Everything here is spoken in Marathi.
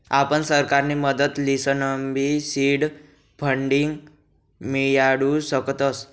आपण सरकारनी मदत लिसनबी सीड फंडींग मियाडू शकतस